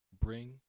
bring